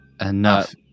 Enough